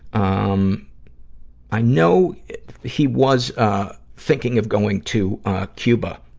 um i know he was, ah, thinking of going to, ah, cuba.